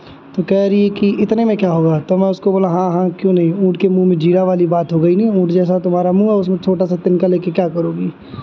तो कह रही है कि इतने में क्या होगा तो मैं उसको बोला हाँ हाँ क्यों नहीं ऊँट के मुँह में जीरा वाली बात हो गई नहीं ऊँट जैसा तुम्हारा मुँह है उसमें छोटा सा तिनका लेके क्या करोगी